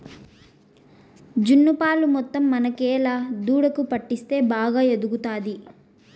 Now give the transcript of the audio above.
జున్ను పాలు మొత్తం మనకేలా దూడకు పట్టిస్తే బాగా ఎదుగుతాది